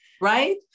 Right